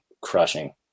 crushing